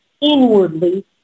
inwardly